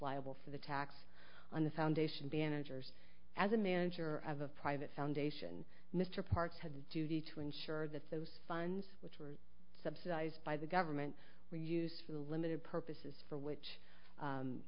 liable for the tax on the foundation banisters as a manager of a private foundation mr parks has a duty to ensure that those funds which were subsidized by the government were used for the limited purposes for which